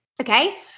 Okay